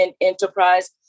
enterprise